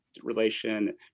relation